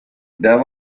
there